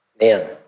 man